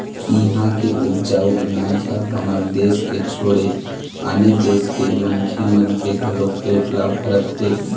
इहां के उपजाए अनाज ह हमर देस के छोड़े आन देस के मनखे मन के घलोक पेट ल भरत हे